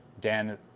dan